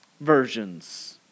versions